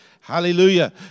Hallelujah